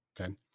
okay